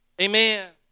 amen